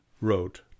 wrote